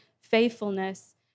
faithfulness